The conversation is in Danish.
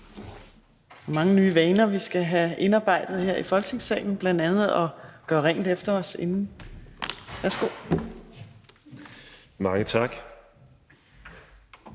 mange nye vaner, vi skal have indarbejdet her i Folketingssalen, bl.a. at gøre rent efter os. Værsgo. Kl.